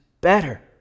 better